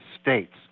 States